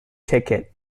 ticket